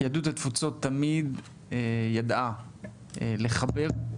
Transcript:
יהדות התפוצות תמיד ידעה לכבד,